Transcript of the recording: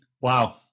wow